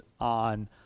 on